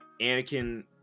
Anakin